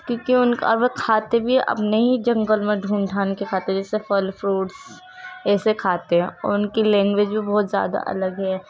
کیونکہ وہ ان کا اور کھاتے بھی ہیں اپنے ہی جنگل میں ڈھونڈ ڈھانڈ کے کھاتے جیسے پھل فروٹس ایسے کھاتے ہیں اور ان کی لینگویج بھی بہت زیادہ الگ ہے